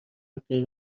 غیر